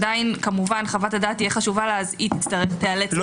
עדיין חשובה לתובעת היא תיאלץ לשלם בנסיבות.